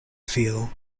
feel